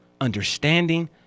understanding